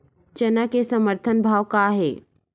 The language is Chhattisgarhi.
चना के समर्थन भाव का हे?